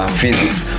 physics